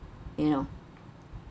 you know